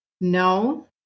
no